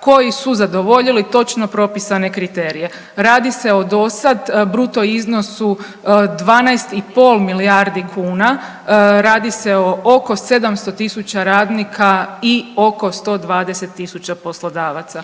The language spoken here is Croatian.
koji su zadovoljili točno propisane kriterije. Radi se o do sada bruto iznosu 12 i pol milijardi kuna, radi se o oko 700 tisuća radnika i oko 120 tisuća poslodavaca.